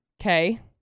Okay